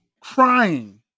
crying